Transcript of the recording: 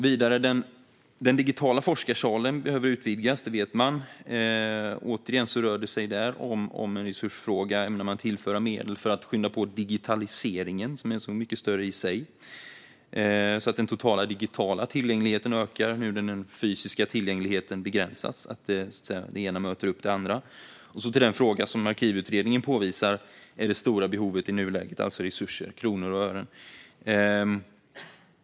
Vidare behöver den digitala forskarsalen utvidgas. Det vet man. Det rör sig, återigen, om en resursfråga. Ämnar man tillföra medel för att skynda på digitaliseringen, som är så mycket större i sig, så att den totala digitala tillgängligheten ökar när den fysiska tillgängligheten begränsas så att det ena möter upp det andra? Så till den fråga som Arkivutredningen påvisar är det stora behovet i nuläget, alltså resurser - kronor och ören.